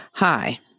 Hi